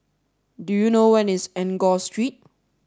do you know where is Enggor Street